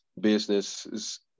businesses